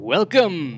Welcome